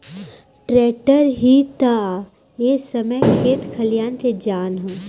tractor ही ता ए समय खेत खलियान के जान ह